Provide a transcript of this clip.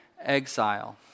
exile